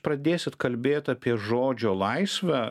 pradėsit kalbėt apie žodžio laisvę